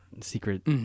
secret